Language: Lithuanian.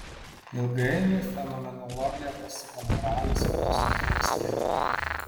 ilgainiui fenomenologija pasuko moralės filosofijos link